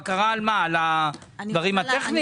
על הדברים הטכניים?